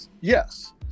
Yes